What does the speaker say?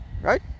right